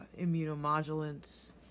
immunomodulants